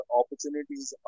opportunities